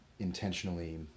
Intentionally